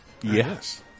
Yes